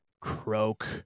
Croak